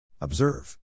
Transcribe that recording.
Observe